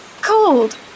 cold